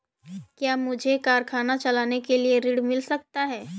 क्या मुझे कारखाना चलाने के लिए ऋण मिल सकता है?